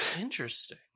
Interesting